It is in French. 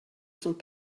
sont